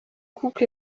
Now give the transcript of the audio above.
couple